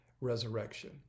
resurrection